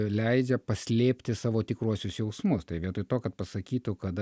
leidžia paslėpti savo tikruosius jausmus tai vietoj to kad pasakytų kad